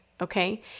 okay